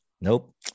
Nope